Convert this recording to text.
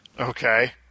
Okay